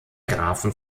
grafen